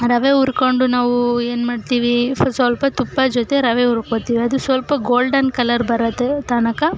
ರವೆ ಉರ್ಕೊಂಡು ನಾವು ಏನು ಮಾಡ್ತೀವಿ ಸ್ವಲ್ಪ ತುಪ್ಪದ ಜೊತೆ ರವೆ ಹುರ್ಕೊಳ್ತೀವಿ ಅದು ಸ್ವಲ್ಪ ಗೋಲ್ಡನ್ ಕಲರ್ ಬರುತ್ತೆ ತನಕ